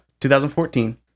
2014